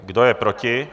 Kdo je proti?